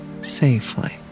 safely